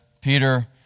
Peter